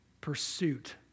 pursuit